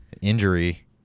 Injury